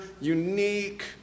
unique